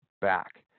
back